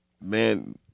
Man